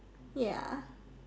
ya